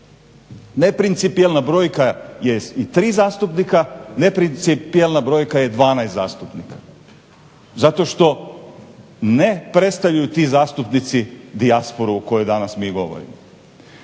Neprincipijelna brojka je i 3 zastupnika, neprincipijelna brojka je 12 zastupnika zato što ne predstavljaju ti zastupnici dijasporu o kojoj mi danas govorimo.